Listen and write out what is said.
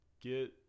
get